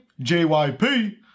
JYP